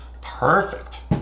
perfect